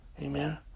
Amen